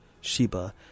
Sheba